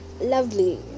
lovely